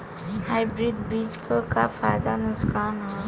Hybrid बीज क का फायदा नुकसान ह?